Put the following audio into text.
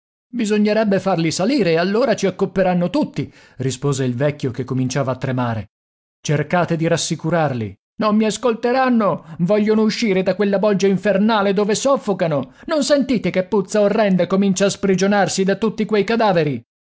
bisognerebbe farli salire e allora ci accopperanno tutti rispose il vecchio che cominciava a tremare cercate di rassicurarli non mi ascolteranno vogliono uscire da quella bolgia infernale dove soffocano non sentite che puzza orrenda comincia a sprigionarsi da tutti quei cadaveri